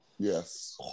Yes